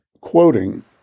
quoting